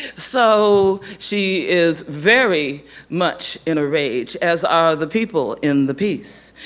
so, she is very much in a rage as are the people in the piece.